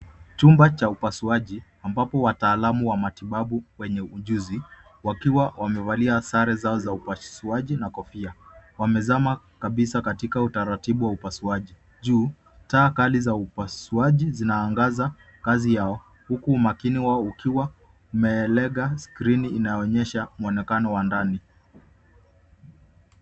Chumba cha upasuaji ambapo wataalamu wa matibabu wenye ujuzi wakiwa wamevalia sare zao za upasuaji na kofia. Wamezama kabisa katika utaratibu wa upasuaji, juu taa kali za upasuaji zinaangaza kazi yao huku umakini wao ukiwa umelenga skrini inaonyesha mwonekano wa ndani.